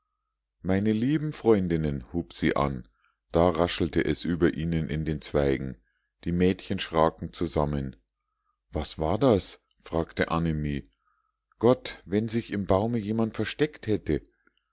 meine lieben freundinnen hub sie an da raschelte es über ihnen in den zweigen die mädchen schraken zusammen was war das fragte annemie gott wenn sich im baume jemand versteckt hätte